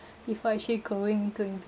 before actually going to